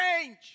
change